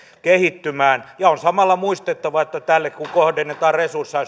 kehittymään ja on samalla muistettava että tälle kun kohdennetaan resursseja